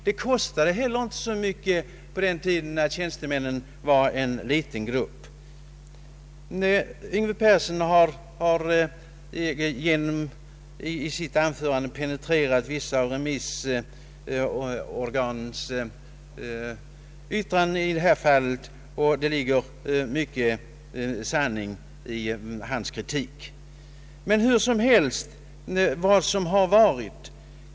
Det kostade inte heller så mycket på den tiden när tjänstemännen utgjorde en liten grupp. Herr Yngve Persson har i sitt anförande penetrerat vissa av remissorganens yttranden i detta fall, och det ligger mycken sanning i hans kritik. Men hur som helst med det som har varit.